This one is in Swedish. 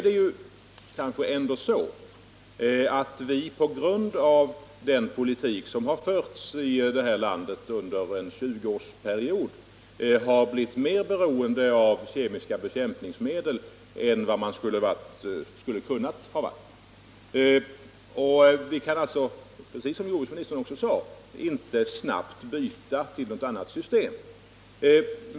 Det är kanske ändå så att vi på grund av den politik som har förts i det här landet under en 20-årsperiod har blivit mer beroende av kemiska bekämpningsmedel än vi skulle ha kunnat vara. Vi kan alltså inte, precis som jordbruksministern sade, snabbt byta till något annat system.